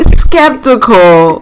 skeptical